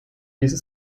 diese